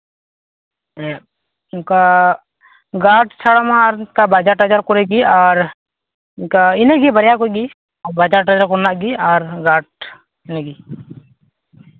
ᱦᱮᱸ ᱚᱱᱠᱟ ᱜᱟᱨᱰ ᱪᱷᱟᱲᱟ ᱢᱟ ᱟᱨ ᱵᱟᱡᱟᱨ ᱴᱟᱡᱟᱨ ᱠᱚᱨᱮᱜᱮ ᱟᱨ ᱤᱱᱟᱹᱜᱮ ᱵᱟᱨᱭᱟ ᱠᱚᱜᱮ ᱵᱟᱡᱟᱨ ᱴᱟᱡᱟᱨ ᱠᱚᱨᱮᱱᱟᱜ ᱜᱮ ᱟᱨ ᱜᱟᱨᱰ ᱦᱮᱸ